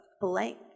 blank